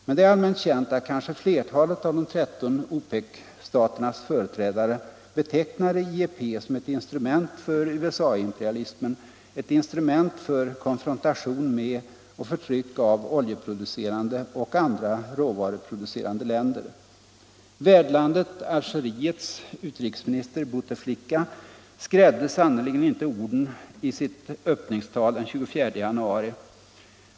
Men det är allmänt känt att kanske flertalet av de 13 OPEC-staternas företrädare betecknade IEP som ett instrument för USA imperialismen, ett instrument för konfrontation med och förtryck av oljeproducerande och andra råvaruproducerande länder. Värdlandet Algeriets utrikesminister Bouteflika skrädde sannerligen inte orden i sitt öppningstal den 24 januari.